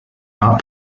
not